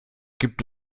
gibt